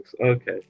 Okay